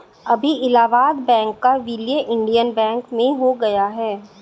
अभी इलाहाबाद बैंक का विलय इंडियन बैंक में हो गया है